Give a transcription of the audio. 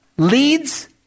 leads